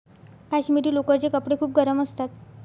काश्मिरी लोकरचे कपडे खूप गरम असतात